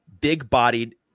big-bodied